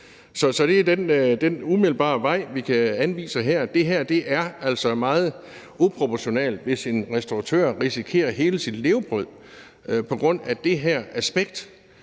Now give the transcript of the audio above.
Så det er umiddelbart den vej, vi kan anvise her. Det er altså meget uproportionalt, hvis en restauratør risikerer hele sit levebrød på grund af det her aspekt.